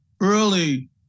early